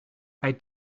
hij